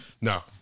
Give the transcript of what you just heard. No